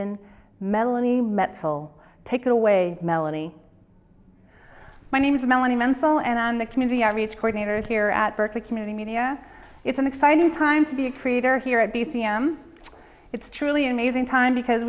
maven melanie metal take away melanie my name is melanie mansell and i'm the community outreach coordinator here at berkeley community media it's an exciting time to be a creator here at b c m it's truly an amazing time because